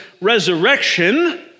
resurrection